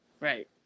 Right